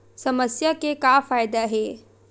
समस्या के का फ़ायदा हे?